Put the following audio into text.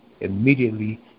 immediately